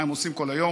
מה הם עושים כל היום.